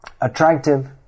attractive